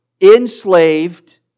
enslaved